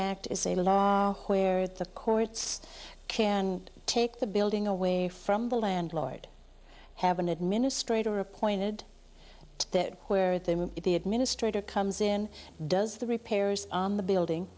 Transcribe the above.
act is a law where the courts can take the building away from the landlord have an administrator appointed to that queer them and the administrator comes in does the repairs on the building